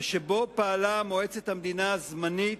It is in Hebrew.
ובו פעלה מועצת המדינה הזמנית,